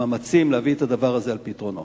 למאמצים להביא את הדבר הזה על פתרונו.